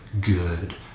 good